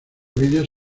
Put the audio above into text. videos